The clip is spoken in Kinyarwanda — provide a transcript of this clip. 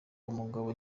umugabo